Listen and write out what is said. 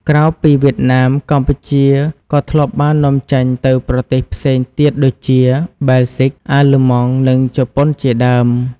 ក្រៅពីវៀតណាម កម្ពុជាក៏ធ្លាប់បាននាំចេញទៅប្រទេសផ្សេងទៀតដូចជា ប៊ែលហ្ស៊ិក អាល្លឺម៉ង់ និងជប៉ុនជាដើម។